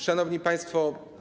Szanowni Państwo!